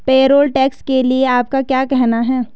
Payroll tax के लिए आपका क्या कहना है?